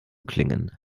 klingen